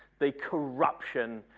the corruption